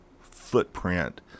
footprint